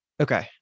Okay